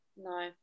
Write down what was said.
no